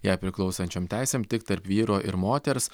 jai priklausančiom teisėm tik tarp vyro ir moters